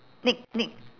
neak neak